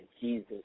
Jesus